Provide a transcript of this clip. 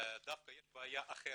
דווקא יש בעיה אחרת.